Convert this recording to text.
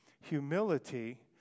Humility